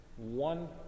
One